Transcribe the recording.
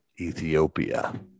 ethiopia